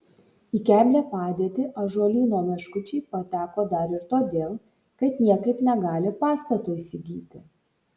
į keblią padėtį ąžuolyno meškučiai pateko dar ir todėl kad niekaip negali pastato įsigyti